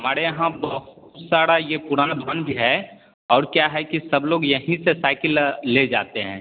हमारे यहाँ बहुत सारा ये पुराना भवन भी है और क्या है कि सब लोग यहीं से साइकिल ले जाते हैं